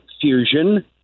Fusion